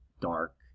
dark